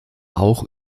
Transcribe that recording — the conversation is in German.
auch